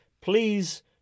please